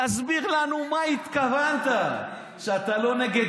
ותסביר לנו למה התכוונת שאתה לא נגד